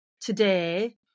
today